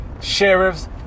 sheriff's